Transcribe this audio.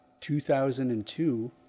2002